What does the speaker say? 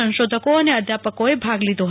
સંશોધકો અને અધ્યાપકોએ ભાગ લીધો હતો